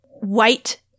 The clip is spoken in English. white